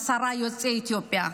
עשרה יוצאי אתיופיה.